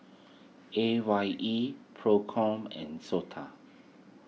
A Y E Procom and Sota